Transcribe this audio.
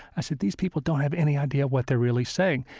i said these people don't have any idea what they're really saying.